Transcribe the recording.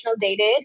dated